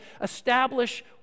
establish